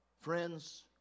Friends